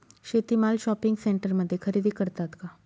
शेती माल शॉपिंग सेंटरमध्ये खरेदी करतात का?